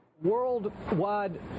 Worldwide